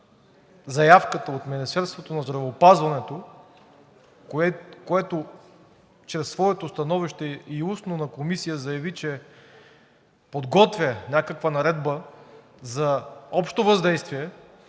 заявката от Министерството на здравеопазването, което чрез своето становище и устно на Комисията заяви, че подготвя някаква наредба за общо въздействие